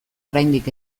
oraindik